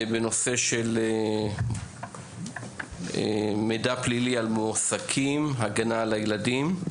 בנושא של מידע פלילי על מועסקים, הגנה על הילדים.